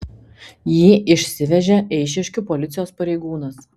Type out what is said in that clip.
jį išsivežė eišiškių policijos pareigūnas